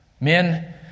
Men